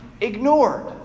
ignored